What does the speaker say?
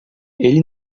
ele